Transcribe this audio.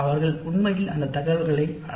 அவர்கள் உண்மையில் அதை பயன்படுத்துவதில்லை